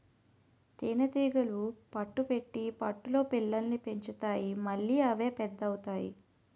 తేనీగలు పట్టు పెట్టి పట్టులో పిల్లల్ని పెంచుతాయి మళ్లీ అవి పెద్ద అవుతాయి